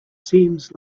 seems